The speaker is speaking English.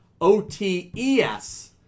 O-T-E-S